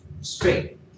straight